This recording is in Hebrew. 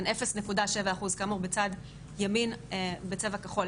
כאמור בצד ימין בצבע כחול,